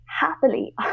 happily